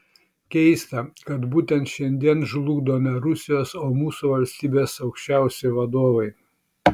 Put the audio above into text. keista kad būtent šiandien žlugdo ne rusijos o mūsų valstybės aukščiausi vadovai